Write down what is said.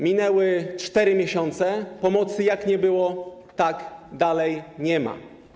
Minęły 4 miesiące, pomocy jak nie było, tak nie ma.